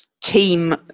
team